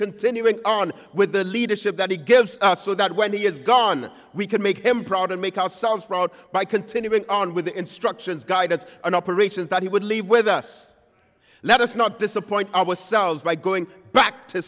continuing on with the leadership that he gives us so that when he is gone we can make him proud and make our sons proud by continuing on with the instructions guidance and operations that he would leave with us let us not disappoint ourselves by going back to